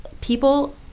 people